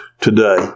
today